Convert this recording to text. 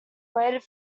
waited